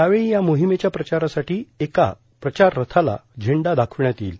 यावेळी या मोहिमेच्या प्रचारासाठी एका व्हॅनला झेंडा दाखविण्यात येईल